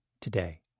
today